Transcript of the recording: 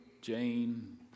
Jane